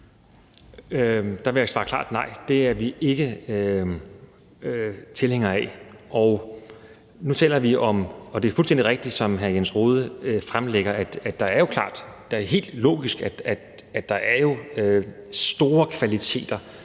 Der vil jeg svare klart nej, fordi det er vi ikke tilhængere af. Det er fuldstændig rigtigt, som hr. Jens Rohde fremlægger det, for det er helt logisk, at der jo er store kvaliteter